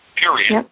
period